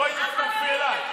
בואי, תצטרפי אליי.